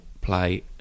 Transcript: play